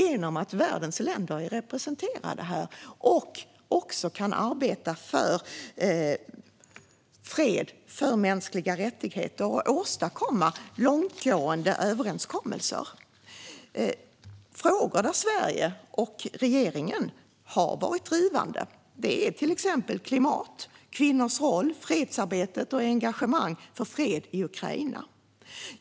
Här är världens länder representerade och kan arbeta för fred och mänskliga rättigheter och åstadkomma långtgående överenskommelser. Frågor där Sverige och regeringen har varit drivande är till exempel klimatet, kvinnors roll, fredsarbetet och engagemanget för fred i Ukraina.